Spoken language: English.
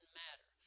matter